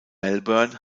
melbourne